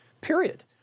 Period